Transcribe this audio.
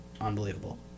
unbelievable